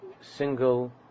single